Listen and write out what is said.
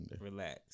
Relax